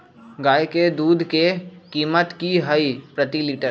गाय के दूध के कीमत की हई प्रति लिटर?